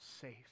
Safe